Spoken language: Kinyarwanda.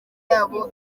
yabo